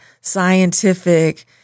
scientific